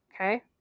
Okay